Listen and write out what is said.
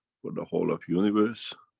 for the whole of universe,